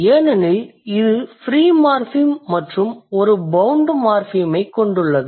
ஏனெனில் இது ஒரு ஃப்ரீ மார்ஃபிம் மற்றும் ஒரு பௌண்ட் மார்ஃபிம் ஐ கொண்டுள்ளது